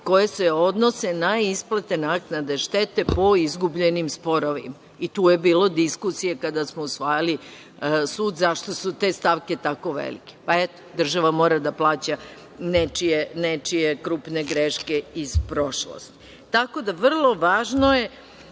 koje se odnose na isplate, naknade štete po izgubljenim sporovima. Tu je bilo diskusije kada smo usvajali sud, zašto su te stavke tako velike. Eto, država mora da plaća nečije krupne greške iz prošlosti. Tako da, vrlo je važno da